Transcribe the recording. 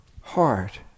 heart